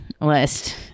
list